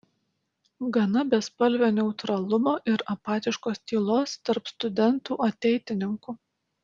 gana bespalvio neutralumo ir apatiškos tylos tarp studentų ateitininkų